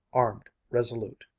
armed, resolute.